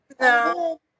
no